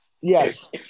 Yes